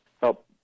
help